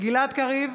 גלעד קריב,